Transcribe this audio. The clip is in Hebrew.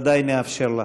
בוודאי נאפשר לה.